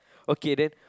okay then